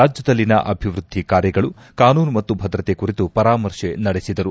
ರಾಜ್ನದಲ್ಲಿನ ಅಭಿವ್ಯದ್ಲಿ ಕಾರ್ಯಗಳು ಕಾನೂನು ಮತ್ತು ಭದ್ರತೆ ಕುರಿತು ಪರಾಮರ್ಶೆ ನಡೆಸಿದರು